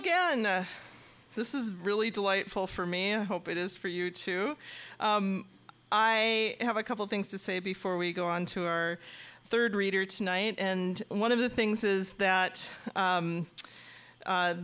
again this is really delightful for me and i hope it is for you too i have a couple things to say before we go on to our third reader tonight and one of the things is that